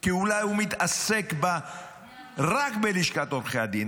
כי אולי הוא מתעסק רק בלשכת עורכי הדין,